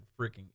freaking